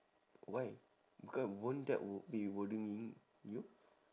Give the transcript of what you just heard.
why because won't that w~ be worrying you